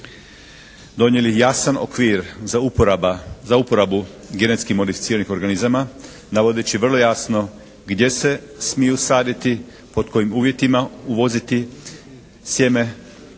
donijeli jasan okvir za uporabu genetski modificiranih organizama navodeći vrlo jasno gdje se smiju saditi, pod kojim uvjetima uvoziti sjeme,